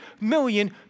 million